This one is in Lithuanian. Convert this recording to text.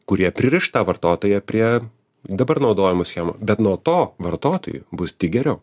kurie pririš tą vartotoją prie dabar naudojamų schemų bet nuo to vartotojui bus tik geriau